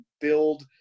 build